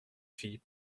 fille